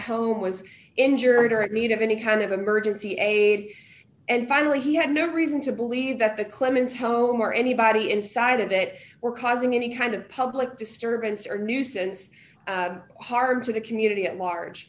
home was injured or at need of any kind of emergency aid and finally he had no reason to believe that the clemens home or anybody inside of it or causing any kind of public disturbance or nuisance hard to the community at large